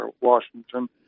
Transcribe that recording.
Washington